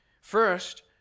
First